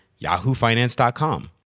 yahoofinance.com